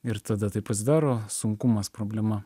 ir tada tai pasidaro sunkumas problema